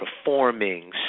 performing